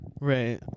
right